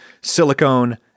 silicone